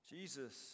Jesus